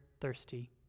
thirsty